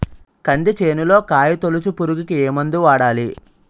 కంది చేనులో కాయతోలుచు పురుగుకి ఏ మందు వాడాలి?